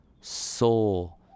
soul